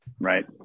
Right